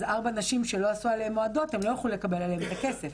אז ארבע נשים שלא עשו עליהן --- הם לא יוכלו לקבל עליהן את הכסף,